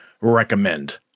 recommend